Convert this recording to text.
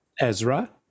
Ezra